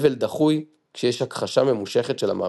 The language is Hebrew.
אבל דחוי כשיש הכחשה ממושכת של המוות.